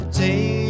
day